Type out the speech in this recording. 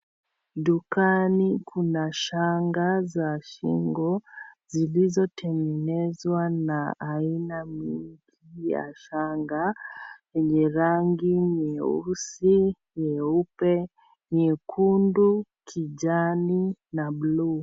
Dukani kuna shanga za shingo zilizotengenezwa na aina mingi ya shanga yenye rangi nyeusi , nyeupe , nyekundu , kijani na blu.